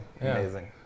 Amazing